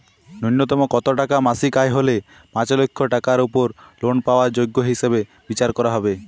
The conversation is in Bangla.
ন্যুনতম কত টাকা মাসিক আয় হলে পাঁচ লক্ষ টাকার উপর লোন পাওয়ার যোগ্য হিসেবে বিচার করা হবে?